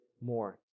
more